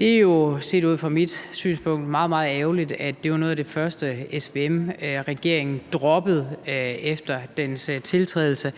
Det er jo set ud fra mit synspunkt meget, meget ærgerligt, at det var noget af det første, SVM-regeringen droppede efter dens tiltrædelse.